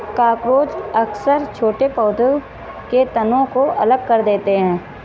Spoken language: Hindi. कॉकरोच अक्सर छोटे पौधों के तनों को अलग कर देते हैं